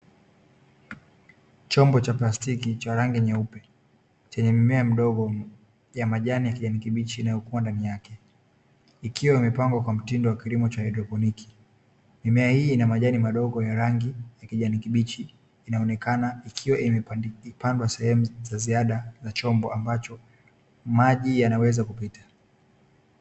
Chombo cha plastiki cha rangi nyeupe, chenye mmea mdogo ya majani ya kijani kibichi inayokuwa ndani yake. ikiwa imepangwa kwa mtindo wa kilimo cha kiedroponiki mimea hii ina majani madogo yenye rangi ya kijani kibichi, inaonekana ikiwa imepandwa sehemu za ziada na chombo ambacho maji yanaweza kupita.